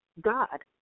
God